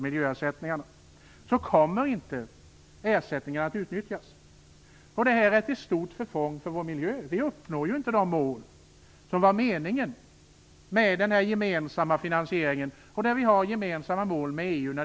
Detta är till stort förfång för vår miljö i och med att vi på det här sättet inte uppnår de mål som låg bakom den gemensamma finansieringen, mål som är gemensamma med EU:s.